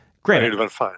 great